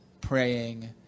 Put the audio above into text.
praying